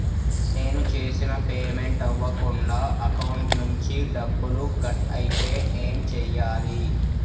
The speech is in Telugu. నేను చేసిన పేమెంట్ అవ్వకుండా అకౌంట్ నుంచి డబ్బులు కట్ అయితే ఏం చేయాలి?